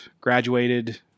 graduated